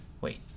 Wait